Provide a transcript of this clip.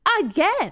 again